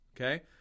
okay